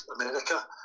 America